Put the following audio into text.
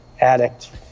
addict